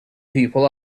people